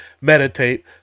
meditate